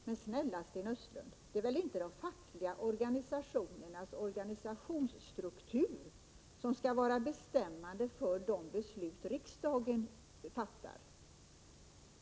Men, snälla Sten Östlund, det är väl inte de fackliga organisationernas organisationsstruktur som skall vara bestämmande för de beslut riksdagen fattar!